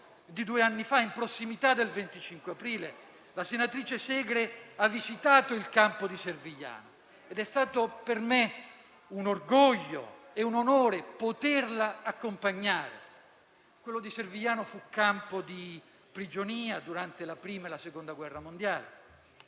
di due anni fa, in prossimità del 25 aprile, la senatrice Segre ha visitato il campo di Servigliano ed è stato per me un orgoglio e un onore poterla accompagnare. Quello di Servigliano fu campo di prigionia durante la Prima e la Seconda guerra mondiale.